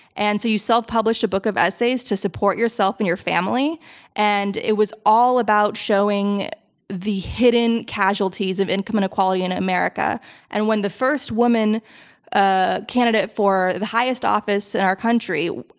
and so you self-published a book of essays to support yourself and your family and it was all about showing the hidden casualties of income inequality in america and when the first woman ah candidate for the highest office in our country,